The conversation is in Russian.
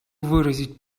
выразить